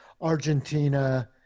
Argentina